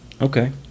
Okay